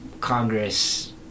Congress